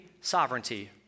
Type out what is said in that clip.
sovereignty